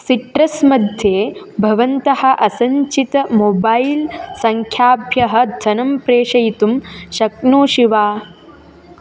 citrus मध्ये भवन्तः असञ्चित मोबैल् सङ्ख्याभ्यः धनं प्रेषयितुं शक्नोषि वा